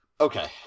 Okay